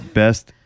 best